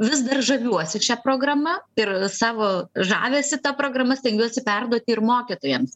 vis dar žaviuosi šia programa ir savo žavesį ta programa stengiuosi perduoti ir mokytojams